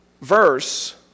verse